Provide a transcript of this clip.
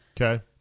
okay